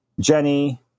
Jenny